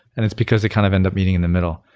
and it's because they kind of end of meeting in the middle,